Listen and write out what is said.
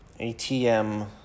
ATM